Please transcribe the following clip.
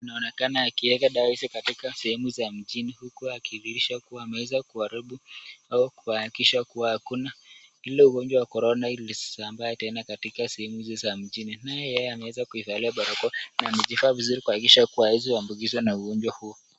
Anaonekana akiweka dawa hizi katika sehemu za mjini huku akidhihirisha kuwa ameweza kuharibu au kuhakikisha kuwa hakuna ule ugonjwa wa Corona usambae tena katika sehemu za mjini, naye yeye ameweza kuvalia barakoa na amejivaa vizuri kuhakikisha kuwa hawezi kuambukizwa na ugonjwa huo.